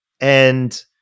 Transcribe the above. And-